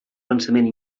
pensament